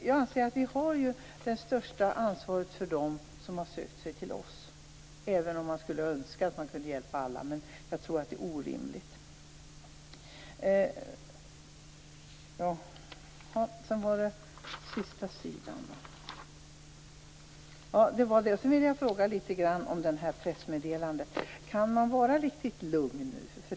Jag anser dock att vi har det största ansvaret för dem som har sökt sig till oss. Man skulle förstås kunna önska att man kunde hjälpa alla, men jag tror att det är orimligt. Sedan vill jag fråga litet om det här pressmeddelandet. Kan man vara riktigt lugn nu?